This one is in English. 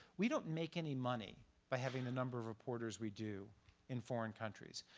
we don't make any money by having the number of reporters we do in foreign countries.